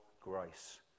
grace